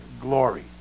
glory